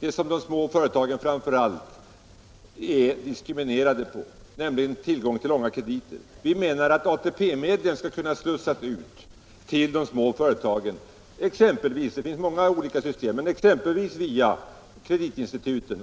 Vi har talat om så många gånger att småföretagen är diskriminerade framför allt när det gäller tillgången på långa krediter. Vi anser att ATP-medlen skall kunna slussas ut till de små företagen, exempelvis via kreditinstituten — det finns många olika system.